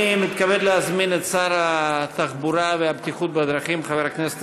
אני מתכבד להזמין את שר התחבורה והבטיחות בדרכים חבר הכנסת